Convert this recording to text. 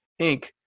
Inc